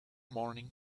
morning